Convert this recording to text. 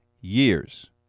years